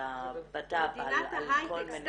הבט"פ על כל מיני --- מדינת ההייטק,